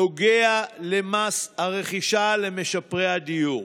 נוגע למס הרכישה למשפרי הדיור.